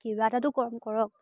কিবা এটাতো কম কৰক